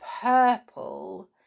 purple